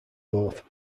both